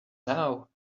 now